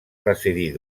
residir